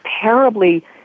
terribly